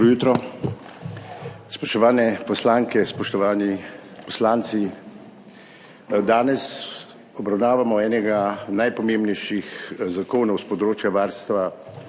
Dobro jutro. Spoštovane poslanke, spoštovani poslanci! Danes obravnavamo enega najpomembnejših zakonov s področja varstva